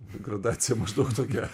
gradacija maždaug tokia